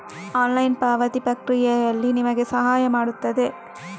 online ಪಾವತಿ ಪ್ರಕ್ರಿಯೆಯಲ್ಲಿ ನಿಮಗೆ ಸಹಾಯ ಮಾಡುತ್ತದೆ